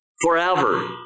Forever